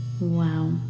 Wow